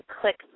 click